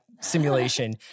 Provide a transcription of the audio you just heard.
simulation